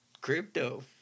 crypto